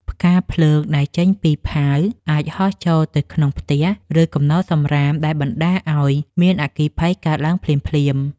ផ្កាភ្លើងដែលចេញពីផាវអាចហោះចូលទៅក្នុងផ្ទះ ឬគំនរសំរាមដែលបណ្តាលឱ្យមានអគ្គិភ័យកើតឡើងភ្លាមៗ។